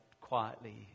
quietly